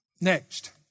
next